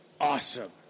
awesome